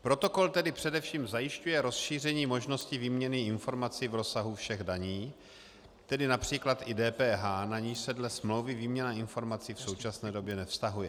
Protokol tedy především zajišťuje rozšíření možností výměny informací v rozsahu všech daní, tedy například i DPH, na niž se dle smlouvy výměna informací v současné době nevztahuje.